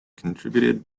contributed